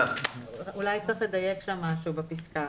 אולי צריך לדייק משהו בפסקה.